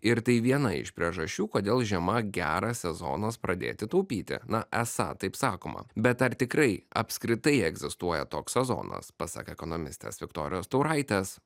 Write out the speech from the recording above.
ir tai viena iš priežasčių kodėl žiema geras sezonas pradėti taupyti na esą taip sakoma bet ar tikrai apskritai egzistuoja toks sezonas pasak ekonomistės viktorijos tauraitės